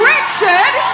Richard